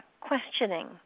questioning